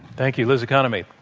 thank you, liz economy.